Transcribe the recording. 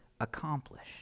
accomplished